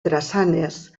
drassanes